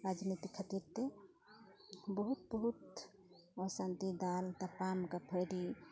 ᱨᱟᱡᱽᱱᱤᱛᱤ ᱠᱷᱟᱛᱤᱨ ᱛᱮ ᱵᱚᱦᱩᱛ ᱵᱚᱦᱩᱛ ᱚᱥᱟᱱᱛᱤ ᱫᱟᱞ ᱛᱟᱯᱟᱢ ᱠᱟᱹᱯᱷᱟᱹᱨᱤ